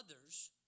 others